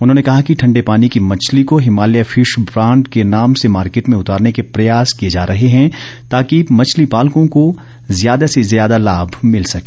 उन्होंने कहा कि ठंडे पानी की मछली को हिमालय फिश ब्रांड के नाम से मार्किट में उतारने के प्रयास किए जा रहे हैं ताकि मछली पालकों को ज्यादा से ज्यादा लाभ मिल सके